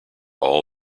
all